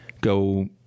go